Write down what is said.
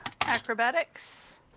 Acrobatics